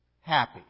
happy